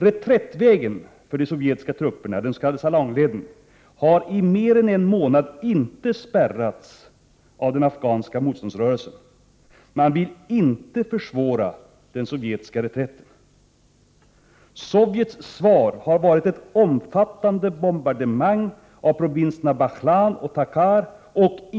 Reträttvägen för de sovjetiska trupperna, den s.k. Salangleden, har i mer än en månad inte spärrats av den afghanska motståndsrörelsen. Man vill inte försvåra den sovjetiska reträtten. Sovjets svar har varit ett omfattande bombardemang av provinserna Prot.